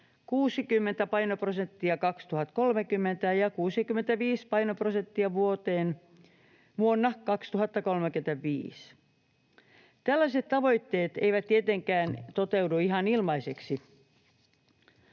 60 painoprosenttia vuonna 2030 ja 65 painoprosenttia vuonna 2035. Tällaiset tavoitteet eivät tietenkään toteudu ihan ilmaiseksi.